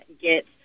get